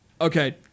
Okay